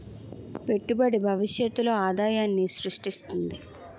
పెట్టుబడి భవిష్యత్తులో ఆదాయాన్ని స్రృష్టిస్తుంది